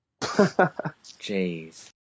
jeez